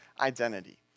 identity